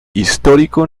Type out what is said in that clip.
histórico